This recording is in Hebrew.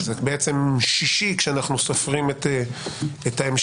אז בעצם שישי כשאנחנו סופרים את ההמשכיות